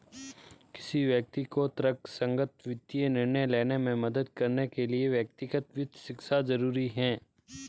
किसी व्यक्ति को तर्कसंगत वित्तीय निर्णय लेने में मदद करने के लिए व्यक्तिगत वित्त शिक्षा जरुरी है